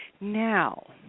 Now